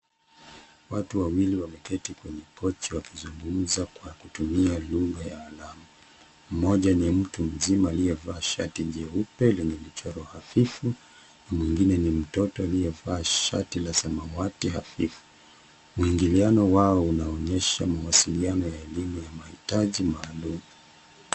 Watu wawili wameketi kwenye kochi wakizungumza kwa kutumia lugha ya alama. Mmoja ni mtu mzima aliyevaa shati nyeupe lenye michoro hafifu na mwingine ni mtoto aliyevaa shati la samawati hafifu. Mwingiliano wao unaonyesha mawasiliano ya elimu ya mahitaji maalum.